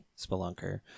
Spelunker